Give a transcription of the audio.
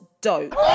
dope